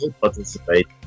participate